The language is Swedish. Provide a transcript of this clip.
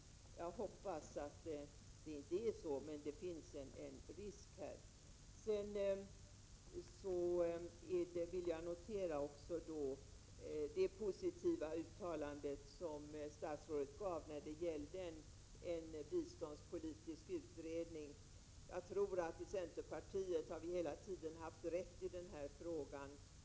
Jag hoppas att det inte blir så, men det finns som sagt en risk. Vidare vill jag notera det positiva uttalande som statsrådet gjorde i fråga om en biståndspolitisk utredning. Jag tror att vi i centerpartiet hela tiden har haft rätt i den här frågan.